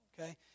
okay